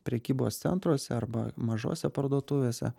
prekybos centruose arba mažose parduotuvėse